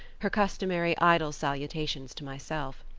her customary idle salutations to myself.